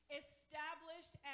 established